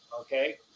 okay